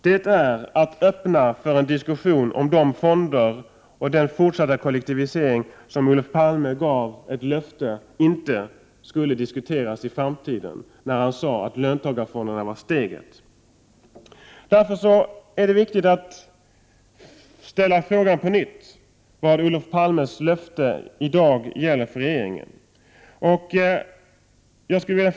Det uttalandet är att öppna för en diskussion om sådana fonder och en sådan fortsatt kollektivisering som inte skulle diskuteras i framtiden, enligt det löfte som Olof Palme gav när han sade att löntagarfonderna var steget. Det är därför viktigt att på nytt ställa frågan vad Olof Palmes löfte i dag gäller för regeringen.